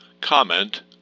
comment